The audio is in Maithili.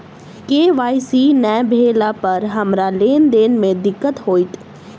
के.वाई.सी नै भेला पर हमरा लेन देन मे दिक्कत होइत?